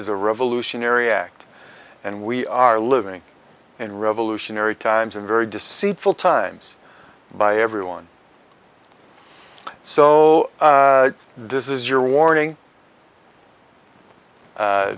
is a revolutionary act and we are living in revolutionary times in very deceitful times by everyone so this is your warning